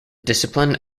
discipline